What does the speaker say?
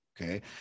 okay